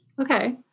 Okay